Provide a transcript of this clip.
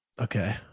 Okay